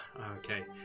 okay